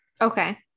Okay